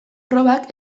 probak